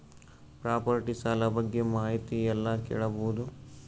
Property ಸಾಲ ಬಗ್ಗೆ ಮಾಹಿತಿ ಎಲ್ಲ ಕೇಳಬಹುದು?